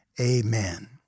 amen